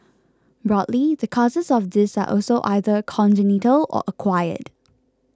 broadly the causes of this are also either congenital or acquired